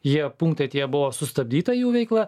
jie punktai tie buvo sustabdyta jų veikla